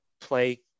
play